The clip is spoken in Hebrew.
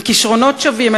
עם כישרונות שווים,